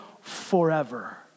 forever